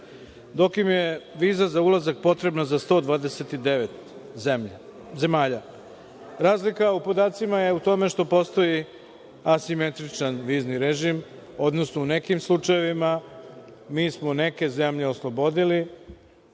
dok im je viza za ulazak potrebna za 129 zemalja. Razlika u podacima je u tome što postoji asimetričan vizni režim, odnosno u nekim slučajevima mi smo neke zemlje oslobodili